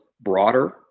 broader